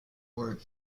word